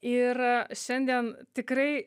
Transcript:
ir šiandien tikrai